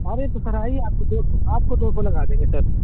ارے تو سر آئیے آپ کو دو سو آپ کو دو سو لگا دیں گے سر